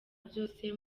byose